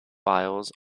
files